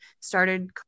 started